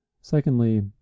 Secondly